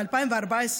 ב-2014,